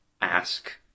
ask